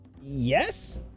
Yes